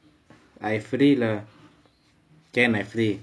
I free lah can I free